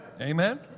Amen